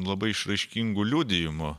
labai išraiškingų liudijimų